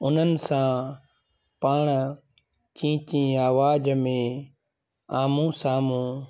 उन्हनि सां पाण चीं चीं आवाज़ में आम्हूं साम्हूं